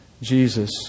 Jesus